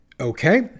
Okay